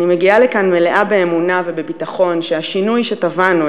אני מגיעה לכאן מלאה באמונה ובביטחון שהשינוי שתבענו,